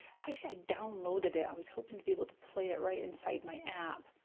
have downloaded it. i was hoping to be able to play it right inside my app.